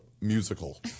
musical